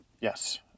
Yes